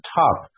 top